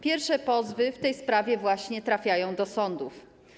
Pierwsze pozwy w tej sprawie właśnie trafiają do sądów.